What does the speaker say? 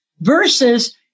versus